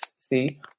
see